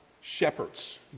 shepherds